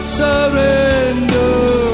surrender